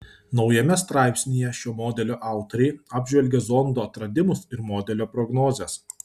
naujame straipsnyje šio modelio autoriai apžvelgia zondo atradimus ir modelio prognozes